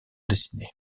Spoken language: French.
dessinée